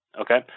Okay